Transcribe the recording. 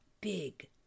big